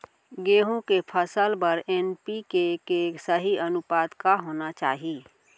गेहूँ के फसल बर एन.पी.के के सही अनुपात का होना चाही?